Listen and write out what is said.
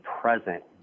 present